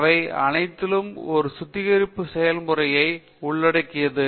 இவை அனைத்தையும் ஒரு சுத்திகரிப்பு செயல்முறையை உள்ளடக்கியது